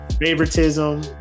Favoritism